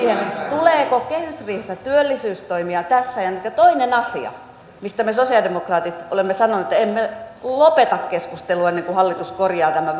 tuleeko kehysriihessä työllisyystoimia tässä ja nyt ja toinen asia mistä me sosialidemokraatit olemme sanoneet että emme lopeta keskustelua ennen kuin hallitus korjaa tämän